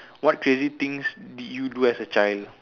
what crazy things did you do as a child